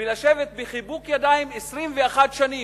ולשבת בחיבוק ידיים 21 שנים.